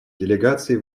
делегаций